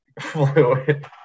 fluid